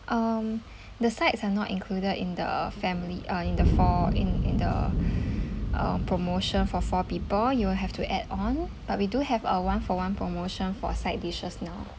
um the sides are not included in the family uh in the four in in the uh promotion for four people you will have to add on but we do have a one-for-one promotion for side dishes now